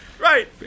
right